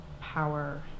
power